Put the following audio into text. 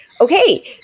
okay